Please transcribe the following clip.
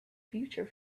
future